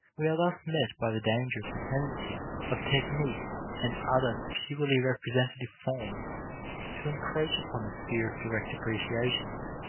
we are thus met by the danger of the tendency of technique and other purely representative forms to encroach upon the sphere of direct appreciations